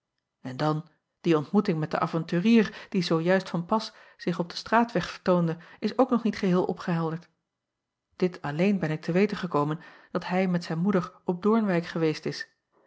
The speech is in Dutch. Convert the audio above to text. en dan die ontmoeting met den avonturier die zoo juist van pas zich op den straatweg vertoonde is ook nog niet geheel opgehelderd dit alleen ben ik te weten gekomen dat hij acob van ennep laasje evenster delen met zijn moeder op oornwijck geweest is